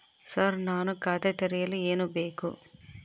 Sir ನಾನು ಖಾತೆ ತೆರೆಯಲು ಏನು ಬೇಕು?